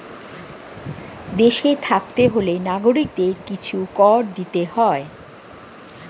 দেশে থাকতে হলে নাগরিকদের কিছু কর দিতে হয়